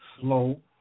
Slow